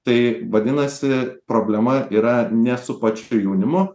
tai vadinasi problema yra ne su pačiu jaunimu